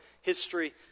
history